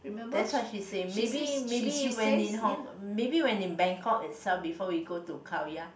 that's what she say maybe maybe when in Hong~ maybe when in Bangkok itself before we go to Khao-Yai